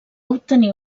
obtenir